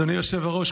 אדוני היושב-ראש,